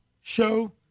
show